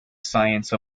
science